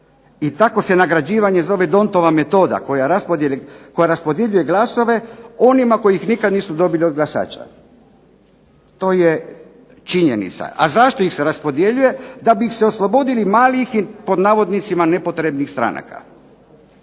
i takvo se nagrađivanje zove Dontova metoda koja raspodjeljuje glasove onima koji ih nikad nisu dobili od glasača. To je činjenica. A zašto ih se raspodjeljuje? Da bi ih se oslobodili malih, pod navodnicima, nepotrebnih stranaka.